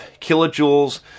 kilojoules